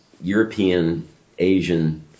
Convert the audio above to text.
European-Asian